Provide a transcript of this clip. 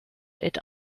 est